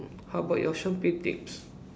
how about your shopping tips